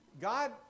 God